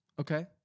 Okay